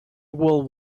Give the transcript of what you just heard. world